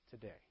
today